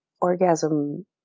orgasm